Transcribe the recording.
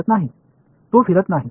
என்பதுதான் அது சுழலவில்லை